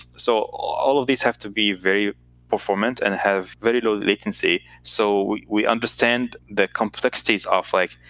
so all of these have to be very performant and have very low latency. so we understand the complexities of, like,